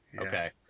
Okay